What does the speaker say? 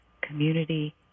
community